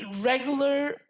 regular